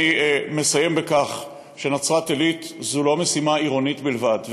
אני מסיים בכך שנצרת-עילית היא לא משימה עירונית בלבד,